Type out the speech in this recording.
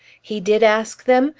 he did ask them?